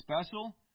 special